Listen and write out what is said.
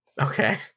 okay